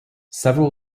several